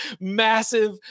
massive